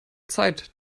zeit